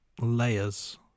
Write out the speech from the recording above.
layers